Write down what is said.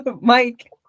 Mike